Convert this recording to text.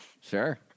Sure